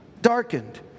Darkened